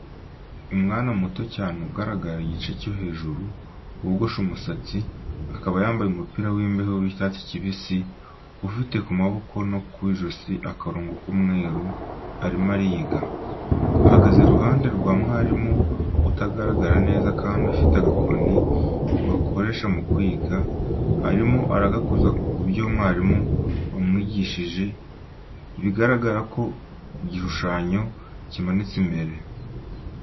Umwana muto cyane ugaragara igice cyo hejuru, wogoshe umusatsi, akaba yambaye umupira w'imbeho w'icyati kibisi ufite ku maboko no ku ijosi akarongo k'umweru, arimo ariga; ahagaze iruhande rwa mwarimu utagaragara neza kandi afite agakoni bakoresha mu kwiga, arimo aragakoza ku byo mwarimu yambwigishije bigaragara ku gishushanyo, kimanitse imbere.